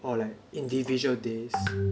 or like individual days